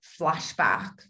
flashback